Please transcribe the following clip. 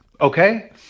Okay